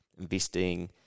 investing